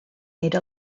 made